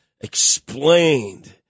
explained